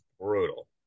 brutal